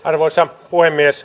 arvoisa puhemies